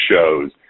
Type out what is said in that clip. shows